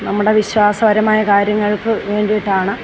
നമ്മുടെ വിശ്വാസപരമായ കാര്യങ്ങൾക്ക് വേണ്ടിയിട്ടാണ്